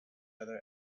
other